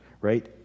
right